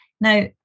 Now